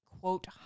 quote